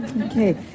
okay